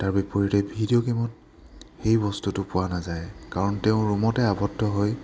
তাৰ বিপৰীতে ভিডিঅ' গেমত সেই বস্তুটো পোৱা নাযায় কাৰণ তেওঁ ৰুমতে আৱদ্ধ হৈ